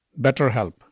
BetterHelp